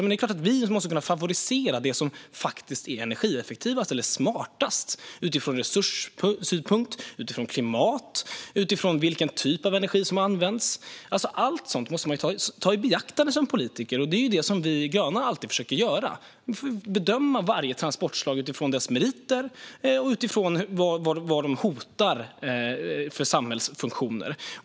Det är klart att vi måste kunna favorisera det som faktiskt är energieffektivast eller smartast sett utifrån resurser, klimat och vilken typ av energi som används. Allt sådant måste man ta i beaktande som politiker, och det är det vi gröna alltid försöker göra. Vi får bedöma varje transportslag utifrån dess meriter och utifrån vad det hotar för samhällsfunktioner.